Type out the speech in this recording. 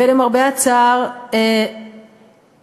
ולמרבה הצער החוק,